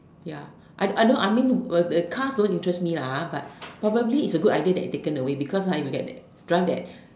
ya I don't I don't I mean the the cars don't interest me lah ah but probably is a good idea taken away because ah if you get that drive that